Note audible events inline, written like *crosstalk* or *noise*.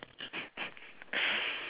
*laughs*